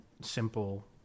simple